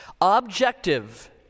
Objective